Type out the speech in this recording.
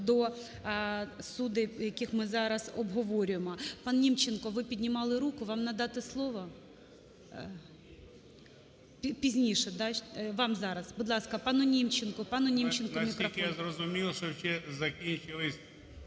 до суддів, який ми зараз обговорюємо. ПанНімченко, ви піднімали руку. Вам надати слово? Пізніше, да? Вам зараз? Будь ласка, пану Німченку. Пану Німченку мікрофон.